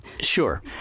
Sure